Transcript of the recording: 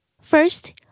First